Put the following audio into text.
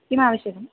किमावश्यकम्